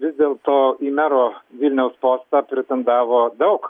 vis dėlto į mero vilniaus postą pretendavo daug